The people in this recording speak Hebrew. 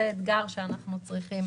זה אתגר שאנחנו צריכים